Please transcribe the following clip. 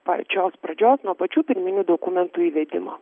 pačios pradžios nuo pačių pirminių dokumentų įvedimo